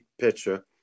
picture